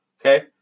okay